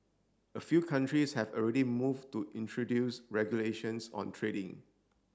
a few countries have already moved to introduce regulations on trading